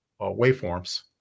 waveforms